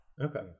Okay